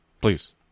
Please